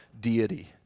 deity